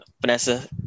Vanessa